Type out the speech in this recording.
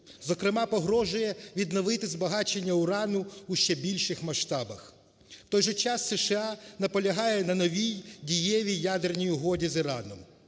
зокрема погрожує відновити збагачення урану у ще більших масштабах. В той же час США наполягає на новій дієвій ядерній угоді з Іраном.